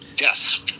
Yes